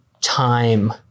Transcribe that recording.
time